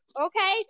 okay